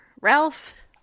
Ralph